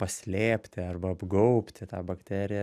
paslėpti arba apgaubti tą bakteriją